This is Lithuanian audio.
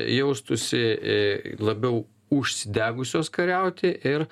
jaustųsi labiau užsidegusios kariauti ir